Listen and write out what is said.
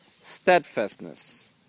steadfastness